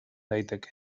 daiteke